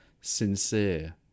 sincere